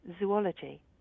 zoology